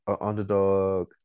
underdog